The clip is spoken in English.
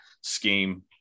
scheme